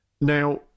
Now